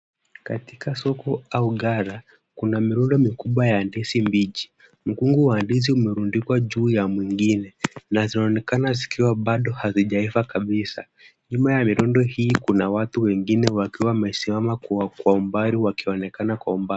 Katika soko au ghala kuna mirundo mikubwa ya ndizi mbichi ,mkungu wa ndizi umerundikwa juu ya mwingine na zinaonekana zikiwa bado hazijaiva kabisa ,nyuma ya mirundo hii kuna watu wengine wakiwa wamesimama kwa umbali wakionekana kwa umbali.